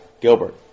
Gilbert